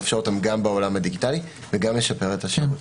מאפשר אותם גם בעולם הדיגיטלי וגם משפר את השירות?